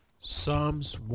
Psalms